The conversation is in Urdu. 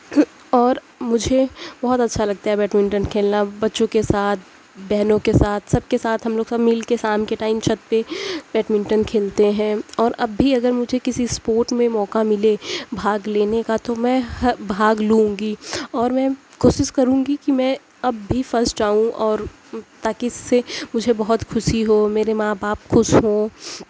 اور مجھے بہت اچھا لگتا ہے بیٹمنٹن کھیلنا بچوں کے ساتھ بہنوں کے ساتھ سب کے ساتھ ہم لوگ سب مل کے شام کے ٹائم چھت پہ بیٹمنٹن کھیلتے ہیں اور اب بھی اگر مجھے کسی اسپورٹ میں موقع ملے بھاگ لینے کا تو میں ہر بھاگ لوں گی اور میں کوشش کروں گی کہ میں اب بھی فسٹ آؤں اور تاکہ اس سے مجھے بہت خوشی ہو میرے ماں باپ خوش ہوں